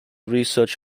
research